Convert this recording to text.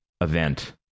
event